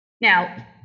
Now